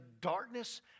darkness